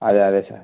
అదే అదే సార్